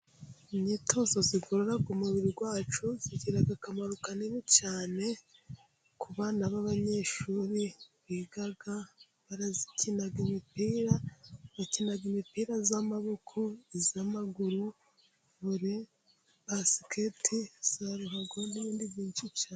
Imyitozo igorora umubiri wacu， igira akamaro kanini cyane ku bana b'abanyeshuri biga， bakina imipira，bakina imipira y’amaboko，y'amaguru， vore， basiketi， za ruhago， n'ibindi byinshi cyane.